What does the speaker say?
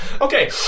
Okay